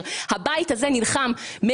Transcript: בבקשה לגופה", כי גם זו הפעלת שיקול דעת שרירותית.